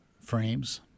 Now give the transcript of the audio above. frames